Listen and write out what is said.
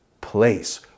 place